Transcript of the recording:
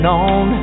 on